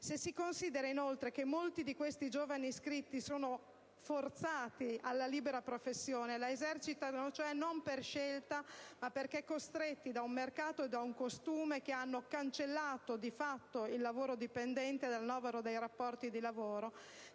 Se si considera, inoltre, che molti di questi giovani iscritti sono "forzati" della libera professione, la esercitano, cioè, non per scelta, ma perché costretti da un mercato e da un costume che hanno cancellato, di fatto, il lavoro dipendente dal novero dei rapporti di lavoro,